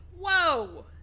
Whoa